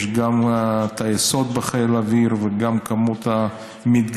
יש גם טייסות בחיל האוויר וגם מספר המתגייסות